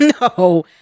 No